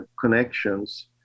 connections